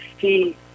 see